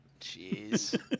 Jeez